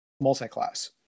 multi-class